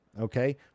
Okay